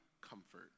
comfort